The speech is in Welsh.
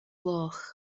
gloch